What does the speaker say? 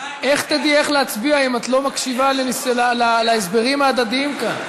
איך תדעי איך להצביע אם את לא מקשיבה להסברים ההדדיים כאן?